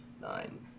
nine